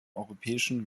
europäischen